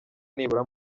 nibura